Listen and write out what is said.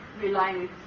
relying